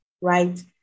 right